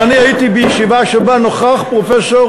אבל אני הייתי בישיבה שבה נכח פרופסור